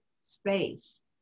space